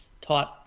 type